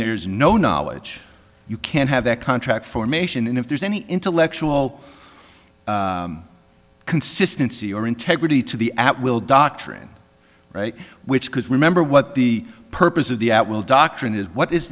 there's no knowledge you can't have that contract formation if there's any intellectual consistency or integrity to the at will doctrine right which because remember what the purpose of the at will doctrine is what is